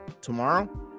Tomorrow